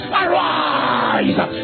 arise